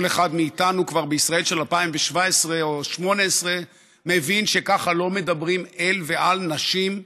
כל אחד מאיתנו בישראל של 2017 או 2018 מבין שככה לא מדברים אל ועל נשים.